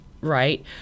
right